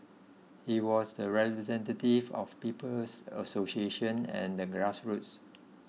he was the representative of People's Association and the grassroots